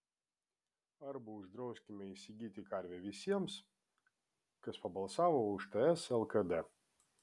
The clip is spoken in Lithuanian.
arba uždrauskime įsigyti karvę visiems kas pabalsavo už ts lkd